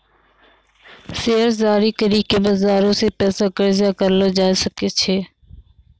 share जारी करि के बजारो से पैसा कर्जा करलो जाय सकै छै